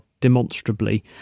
demonstrably